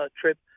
trip